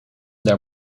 daar